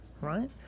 right